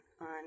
on